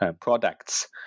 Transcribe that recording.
products